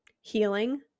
healing